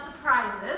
surprises